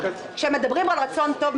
כשמדברים על רצון טוב,